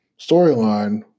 storyline